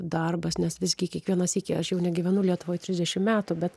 darbas nes visgi kiekvieną sykį aš jau negyvenu lietuvoj trisdešimt metų bet